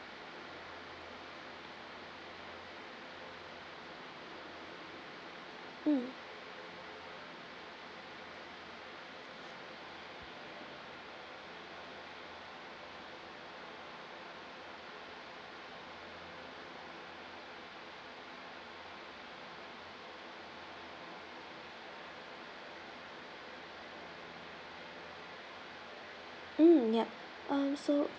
mm mm yup so